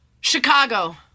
Chicago